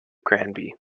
granby